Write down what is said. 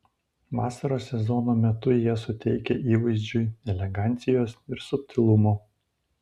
vasaros sezono metu jie suteikia įvaizdžiui elegancijos ir subtilumo